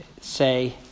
say